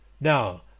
Now